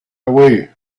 away